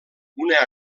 una